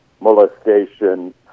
molestation